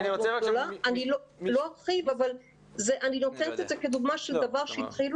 אני לא ארחיב אבל אני נותנת את זה כדוגמא של דבר שהתחילו